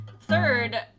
Third